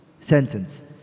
sentence